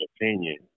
opinion